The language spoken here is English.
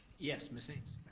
yes, miss haynes?